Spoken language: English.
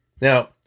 Now